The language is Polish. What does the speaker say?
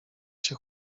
się